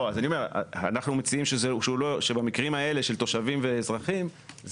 אנחנו מציעים שבמקרים האלה של תושבים ואזרחים,